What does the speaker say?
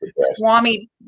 swami